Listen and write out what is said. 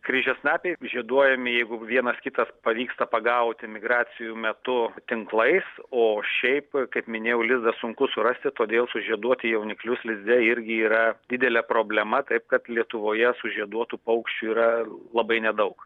kryžiasnapiai žieduojami jeigu vienas kitas pavyksta pagauti migracijų metu tinklais o šiaip kaip minėjau lizdą sunku surasti todėl sužieduoti jauniklius lizde irgi yra didelė problema taip kad lietuvoje sužieduotų paukščių yra labai nedaug